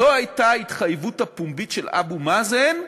זו הייתה ההתחייבות הפומבית של אבו מאזן,